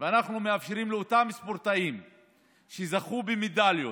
ואנחנו מאפשרים לאותם ספורטאים שזכו במדליות